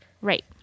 Right